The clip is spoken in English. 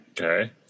Okay